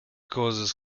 causes